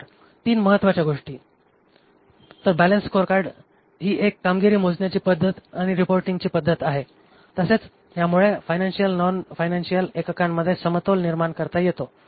तर तीन महत्वाच्या गोष्टी तर बॅलन्सड स्कोअरकार्ड ही एक कामगिरी मोजण्याची पद्धत आणि रिपोर्टींग ची पद्धत आहे तसेच ह्यामुळे फायनांशीअल आणि नॉन फायनांशीअल एककांमध्ये समतोल निर्माण करता येतो